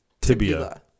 Tibia